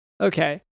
Okay